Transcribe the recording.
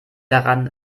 daran